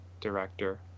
director